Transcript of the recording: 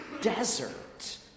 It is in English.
desert